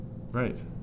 Right